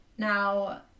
Now